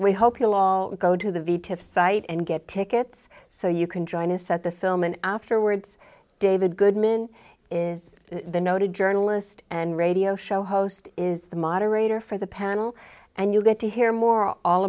we hope you'll all go to the v to fight and get tickets so you can join us at the film and afterwards david goodman is the noted journalist and radio show host is the moderator for the panel and you get to hear more all